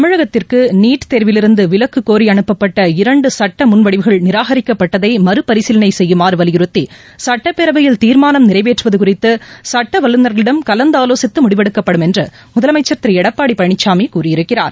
தமிழகத்திற்குநீட் தேர்விலிருந்துவிலக்குக் கோரிஅறப்பப்பட்ட இரண்டுசட்டமுன்வடவுகள் நிராகரிக்கப்பட்டதைமறுபரிசீலனைசெய்யுமாறுவலியுறுத்திசட்டப்பேரவையில் தீர்மானம் நிறைவேற்றுவதுகுறித்துசட்டவல்லுநர்களிடம் கலந்தாலோசித்துமுடிவெடுக்கப்படும் என்றுமுதலமைச்சர் திருஎடப்பாடிபழனிசாமிகூறியிருக்கிறார்